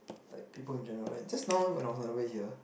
like people in general like just now when I was on the way here